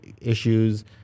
issues